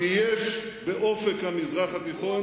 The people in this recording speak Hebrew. כי יש באופק המזרח התיכון,